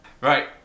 Right